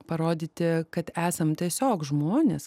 parodyti kad esam tiesiog žmonės